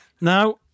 Now